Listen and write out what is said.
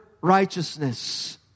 righteousness